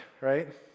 right